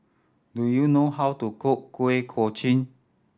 do you know how to cook Kuih Kochi